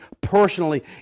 personally